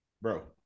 Bro